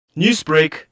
Newsbreak